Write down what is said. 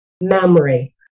memory